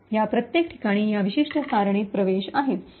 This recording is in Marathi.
या प्रत्येक ठिकाणी या विशिष्ट सारणीत प्रवेश आहे